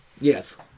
Yes